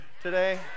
today